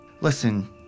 Listen